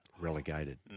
relegated